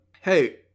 hey